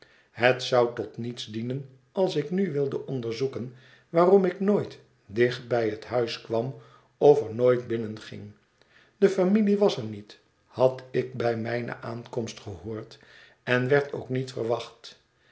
het zou tot niets dienen als ik nu wilde onderzoeken waarom ik nooit dicht bij het huis kwam of er nooit binnen ging de familie was er niet had ik bij mijne aankomst gehoord en werd ook niet verwacht